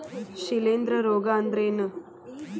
ಶಿಲೇಂಧ್ರ ರೋಗಾ ಅಂದ್ರ ಏನ್?